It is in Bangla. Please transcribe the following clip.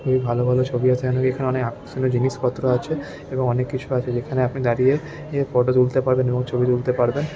খুবই ভালো ভালো ছবি আসে এবং এখানে অনেক আকর্ষণীয় জিনিসপত্র আছে এবং অনেক কিছু আছে যেখানে আপনি দাঁড়িয়ে এ ফটো তুলতে পারবেন এবং ছবি তুলতে পারবেন